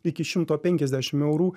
iki šimto penkiasdešimt eurų